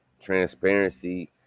transparency